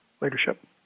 leadership